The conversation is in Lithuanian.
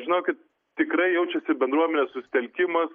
žinokit tikrai jaučiasi bendruomenės susitelkimas